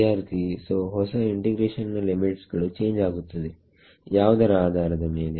ವಿದ್ಯಾರ್ಥಿಸೋ ಹೊಸ ಇಂಟಿಗ್ರೇಷನ್ ನ ಲಿಮಿಟ್ಸ್ ಗಳು ಚೇಂಜ್ ಆಗುತ್ತದೆ ಯಾವುದರ ಆಧಾರದ ಮೇಲೆ